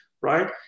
right